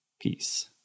Peace